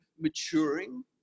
maturing